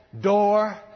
door